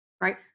right